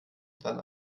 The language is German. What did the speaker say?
dann